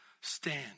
stand